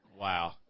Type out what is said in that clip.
Wow